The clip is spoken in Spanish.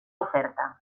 oferta